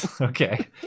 Okay